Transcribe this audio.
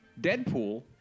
Deadpool